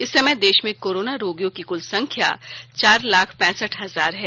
इस समय देश में कोरोना रोगियों की कुल संख्या चार लाख पैंसठ हजार है